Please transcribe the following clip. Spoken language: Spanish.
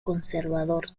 conservador